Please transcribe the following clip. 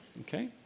Okay